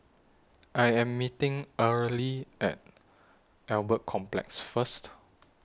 I Am meeting Earley At Albert Complex First